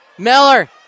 Miller